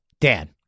Dan